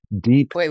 deep